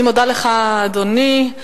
אני מודה לך, אדוני.